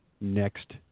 next